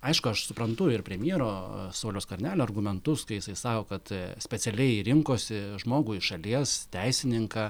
aišku aš suprantu ir premjero sauliaus skvernelio argumentus kai jisai sako kad aaa specialiai rinkosi žmogų iš šalies teisininką